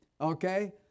okay